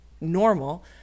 normal